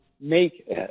make